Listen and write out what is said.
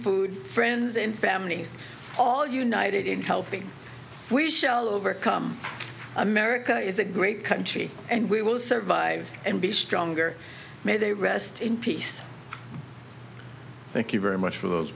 food friends and families all united in helping we shall overcome america is a great country and we will survive and be stronger may they rest in peace thank you very much for those